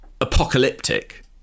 apocalyptic